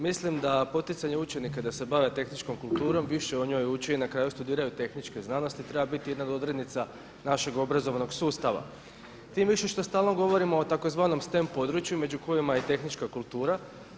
Mislim da poticanje učenika da se bave tehničkom kulturom više o njoj uči i na kraju studiraju tehničke znanosti treba biti jedna odrednica našeg obrazovnog sustava tim više što stalno govorimo o tzv. STEM području među kojima je i tehnička kultura.